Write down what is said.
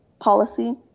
policy